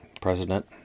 president